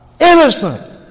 Innocent